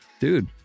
dude